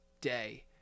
day